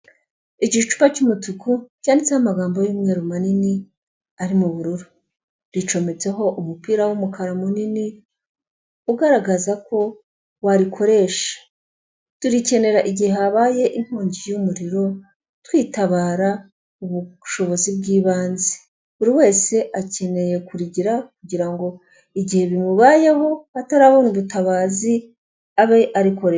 Igicupa cy'umutuku cyanditseho amagambo y'umweru manini ari mu bururu, ricometseho umupira w'umukara munini, ugaragaza ko warikoresha, turikenera igihe habaye inkongi y'umuriro, twitabara ubushobozi bw'ibanze, buri wese akeneye kurigira kugirango ngo igihe bimubayeho atarabona ubutabazi abe arikoresha.